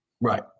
right